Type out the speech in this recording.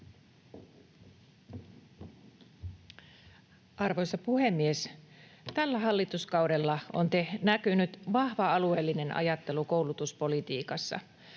Arvoisa puhemies! Tällä hallituskaudella on näkynyt vahva alueellinen ajattelu koulutuspolitiikassa.